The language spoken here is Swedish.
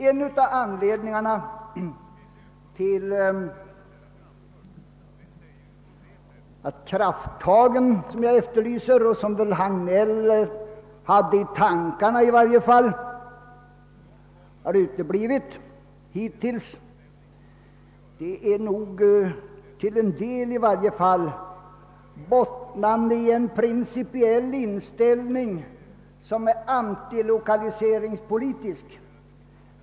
En av anledningarna till att de krafttag som jag efterlyser och som herr Hagnell i varje fall hade i tankarna hittills har uteblivit bottnar nog i varje fall till en del i en principiell inställning som är antilokaliseringspolitisk.